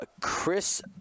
chris